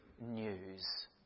news